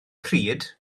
pryd